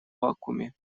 вакууме